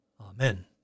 Amen